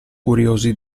curiosi